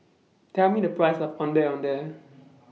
Tell Me The Price of Ondeh Ondeh